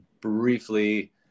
briefly